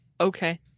okay